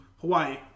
Hawaii